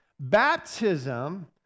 Baptism